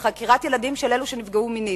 על חקירת ילדים שנפגעו מינית,